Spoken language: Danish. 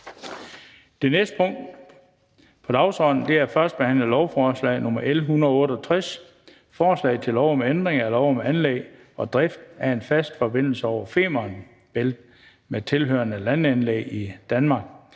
Det næste punkt på dagsordenen er: 6) 1. behandling af lovforslag nr. L 168: Forslag til lov om ændring af lov om anlæg og drift af en fast forbindelse over Femern Bælt med tilhørende landanlæg i Danmark.